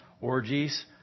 Orgies